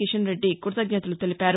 కిషన్ రెడ్డి కృతజ్ఞతలు తెలిపారు